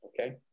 okay